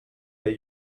that